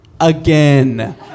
again